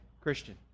Christian